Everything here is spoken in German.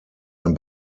ein